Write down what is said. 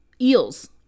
eels